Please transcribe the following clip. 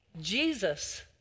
Jesus